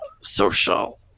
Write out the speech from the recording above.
social